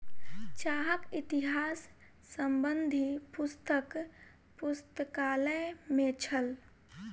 चाहक इतिहास संबंधी पुस्तक पुस्तकालय में छल